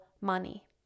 money